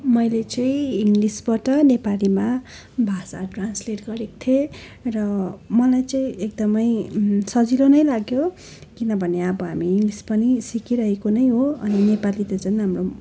मैले चाहिँ इङ्गलिसबाट नेपालीमा भाषा ट्रान्सलेट गरेको थिएँ र मलाई चाहिँ एकदमै सजिलो नै लाग्यो किनभने अब हामी इङ्गलिस पनि सिकिरहेको नै हो अनि नेपाली त झन् हाम्रो